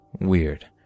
weird